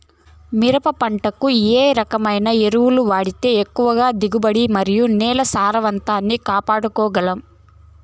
మిరప పంట కు ఏ రకమైన ఎరువులు వాడితే ఎక్కువగా దిగుబడి మరియు నేల సారవంతాన్ని కాపాడుకోవాల్ల గలం?